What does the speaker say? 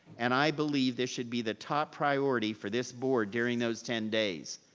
and i believe this should be the top priority for this board during those ten days.